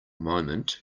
moment